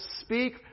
speak